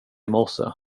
morse